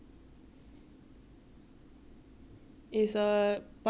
is a bunch of rich kid retaininees lah so you know how that works out